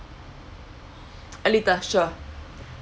a little sure